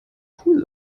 pool